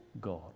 God